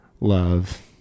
love